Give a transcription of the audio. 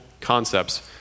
concepts